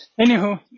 Anywho